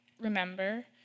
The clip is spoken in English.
remember